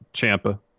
champa